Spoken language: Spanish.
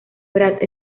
brad